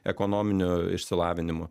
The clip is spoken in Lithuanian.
ekonominiu išsilavinimu